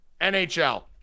NHL